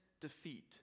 defeat